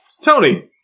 Tony